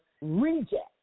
reject